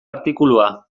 artikulua